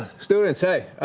students, hey.